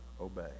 obey